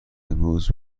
امروز